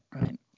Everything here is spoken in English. right